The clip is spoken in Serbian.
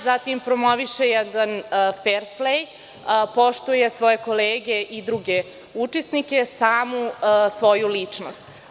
Zatim, promoviše jedan fer plej odnos, poštuje svoje kolege i druge učesnike, samu svoju ličnost.